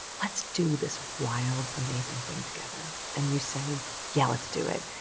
let's do this wild, amazing thing together, and you say, yeah, let's do it,